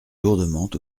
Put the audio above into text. lourdement